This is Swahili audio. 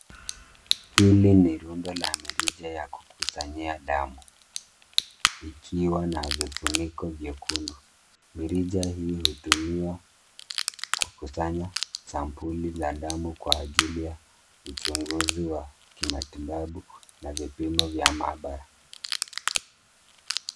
Hili ni rundo la mirija ya kukusanyia damu, ikiwa na vifuniko vyekundu. Mirija hii hutumiwa kukusanya sampuli za damu kwa ajili ya uchunguzi wa kimatibabu na vipimo vya maabara.